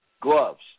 Gloves